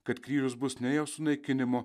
kad kryžius bus ne jo sunaikinimo